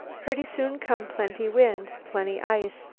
pretty soon come plenty wind plenty ice.